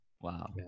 wow